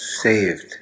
saved